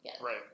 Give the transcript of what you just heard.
Right